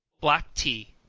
black tea.